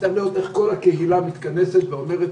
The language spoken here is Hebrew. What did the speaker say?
וצריך לראות איך כל הקהילה מתכנסת ואומרת: